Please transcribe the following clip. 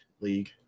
League